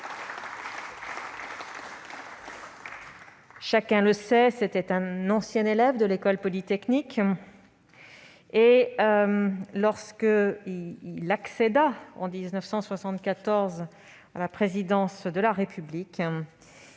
Chacun le sait, c'était un ancien élève de l'École polytechnique. Lorsqu'il accéda, en 1974, à la présidence de la République,